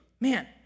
man